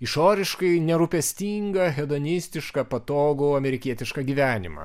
išoriškai nerūpestingą hedonistišką patogų amerikietišką gyvenimą